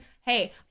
hey